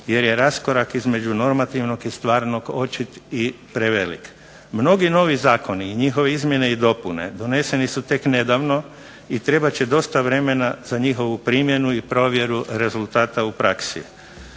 jer je raskorak između normativnog i stvarnog očit i prevelik. Mnogi novi zakoni i njihove izmjene i dopune doneseni su tek nedavno, i trebat će dosta vremena za njihovu primjenu i provjeru rezultata u praksi.